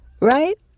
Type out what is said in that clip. right